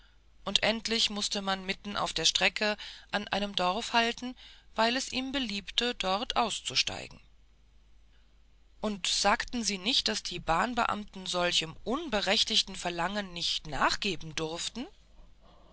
und endlich mußte man mitten auf der strecke an einem dorf halten weil es ihm beliebte dort auszusteigen und sagten sie nicht daß die bahnbeamten solchem unberechtigten verlangen nicht nachgeben durften